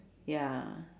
ya